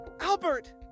Albert